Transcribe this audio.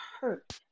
hurt